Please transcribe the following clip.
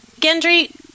Gendry